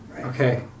Okay